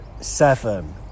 seven